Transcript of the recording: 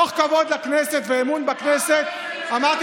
מתוך כבוד לכנסת ואמון בכנסת אמרתי